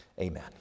Amen